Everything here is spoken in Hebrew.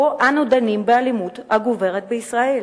שבו אנו דנים באלימות הגוברת בישראל.